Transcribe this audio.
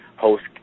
host